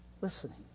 listening